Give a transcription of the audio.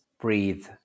Breathe